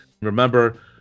Remember